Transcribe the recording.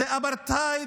זה אפרטהייד,